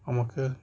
আমাকে